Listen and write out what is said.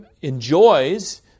enjoys